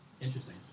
Interesting